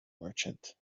merchant